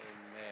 Amen